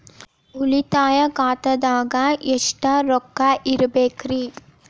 ಉಳಿತಾಯ ಖಾತೆದಾಗ ಎಷ್ಟ ರೊಕ್ಕ ಇಡಬೇಕ್ರಿ?